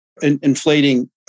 inflating